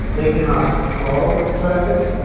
they cannot throttle traffic,